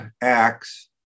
acts